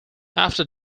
after